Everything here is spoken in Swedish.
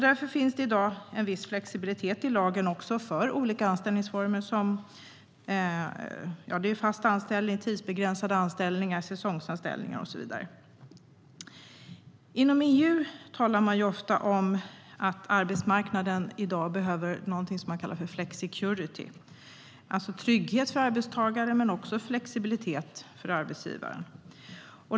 Därför finns i dag en viss flexibilitet i lagen för olika anställningsformer. Det är fast anställning, tidsbegränsad anställning, säsongsanställning och så vidare. Inom EU talar man ofta om att arbetsmarknaden i dag behöver flexicurity, alltså trygghet för arbetstagaren och flexibilitet för arbetsgivaren.